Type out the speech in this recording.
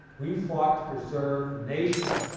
we fought to preserve the nation,